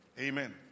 Amen